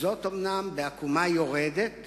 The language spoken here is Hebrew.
אומנם בעקומה יורדת,